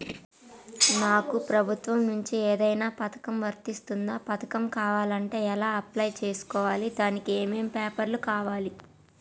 నాకు ప్రభుత్వం నుంచి ఏదైనా పథకం వర్తిస్తుందా? పథకం కావాలంటే ఎలా అప్లై చేసుకోవాలి? దానికి ఏమేం పేపర్లు కావాలి?